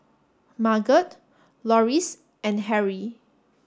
Marget Loris and Harry